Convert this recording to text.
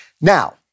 Now